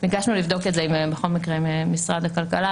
וביקשנו לבדוק את זה בכל מקרה עם משרד הכלכלה,